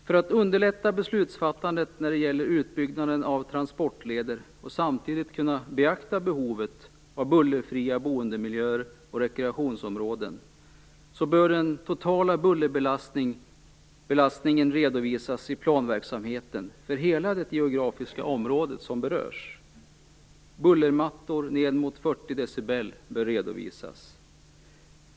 För att underlätta beslutsfattandet när det gäller utbyggnaden av transportleder och samtidigt kunna beakta behovet av bullerfria boendemiljöer och rekreationsområden bör den totala bullerbelastningen redovisas i planverksamheten för hela det geografiska område som berörs. Bullermattor ner till 40 decibel bör redovisas.